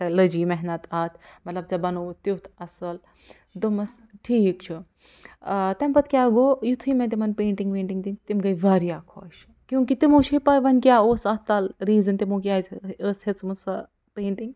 ژےٚ لٔجی محنت اَتھ مطلب ژےٚ بنووُتھ تٮُ۪تھ اَصٕل دوٚپمَس ٹھیٖک چھُ تَمہِ پتہٕ کیٛاہ گوٚو یِتھُے مےٚ تِمَن پینٛٹِنٛگ ویٚنٹِنٛگ دِتۍ تِم گٔے واریاہ خۄش کیٛوٗنٛکہِ تِمَو چھِ پےَ وۅنۍ کیٛاہ اوس اَتھ تَل ریٖزَن تِمَو کیٛازِ ٲسۍ ہیٚژمٕژ سۄ پینٛٹِنٛگ